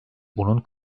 bunun